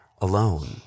alone